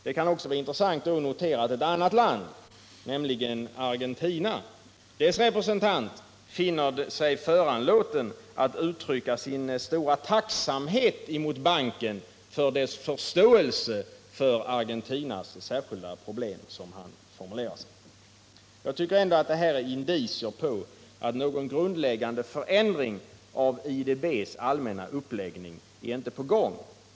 Det kan också vara intressant att notera att ett annat lands representant, nämligen Argentinas, finner sig föranlåten att uttrycka sin stora tacksamhet mot banken för dess förståelse för Argentinas särskilda problem, som han formulerar sig. Jag tycker ändå att detta är indicier på att någon grundläggande förändring av IDB:s allmänna uppläggning inte är på gång.